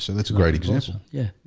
so that's a great exception. yeah,